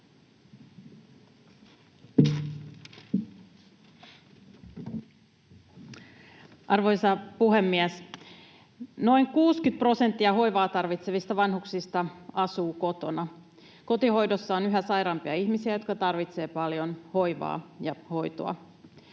Arvoisa puhemies! Noin 60 prosenttia hoivaa tarvitsevista vanhuksista asuu kotona. Kotihoidossa on yhä sairaampia ihmisiä, jotka tarvitsevat paljon hoivaa ja hoitoa.